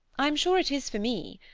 i'm sure it is for me.